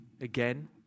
again